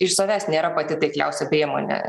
iš savęs nėra pati taikliausia priemonė